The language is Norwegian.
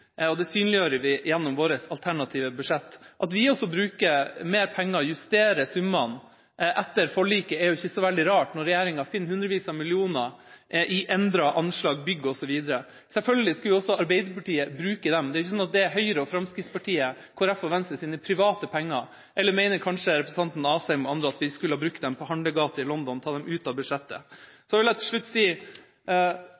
og det synliggjør vi gjennom vårt alternative budsjett. At vi også bruker mer penger og justerer summene etter forliket, er ikke så veldig rart når regjeringa finner hundrevis av millioner i endrede anslag, bygg osv. Selvfølgelig skal også Arbeiderpartiet bruke dem. Det er ikke slik at det er Høyre, Fremskrittspartiet, Kristelig Folkeparti og Venstres private penger, eller mener kanskje representanten Asheim at vi skulle ta dem ut av budsjettet og brukt dem på handlegate i London?